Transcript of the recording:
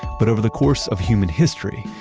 but over the course of human history,